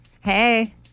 Hey